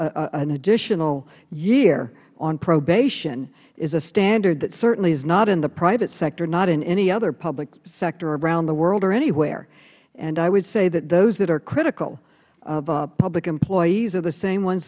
an additional year on probation is a standard that certainly is not in the private sector nor in any other public sector around the world nor anywhere i would say that those that are critical of public employees are the same ones